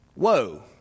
Whoa